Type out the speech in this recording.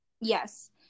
Yes